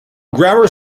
grammar